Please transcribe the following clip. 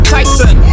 Tyson